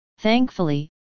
Thankfully